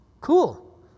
Cool